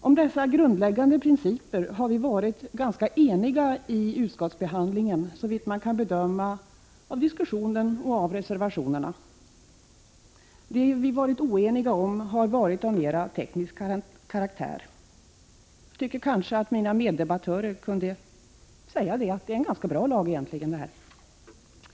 Om dessa grundläggande principer har vi varit ganska eniga i utskottsbehandlingen, såvitt man kan bedöma av diskussionen och reservationerna. Det vi varit oeniga om har varit av mera teknisk karaktär. Egentligen tycker jagatt mina meddebattörer skulle kunna erkänna att det är en ganska bra lag. Herr talman!